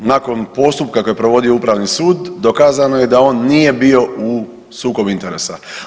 Nakon postupka koji je provodio Upravni sud, dokazano je da on nije bio u sukobu interesa.